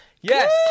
Yes